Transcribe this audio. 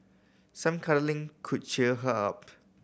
some cuddling could cheer her up